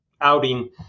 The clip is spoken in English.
outing